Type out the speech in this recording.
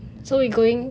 so we going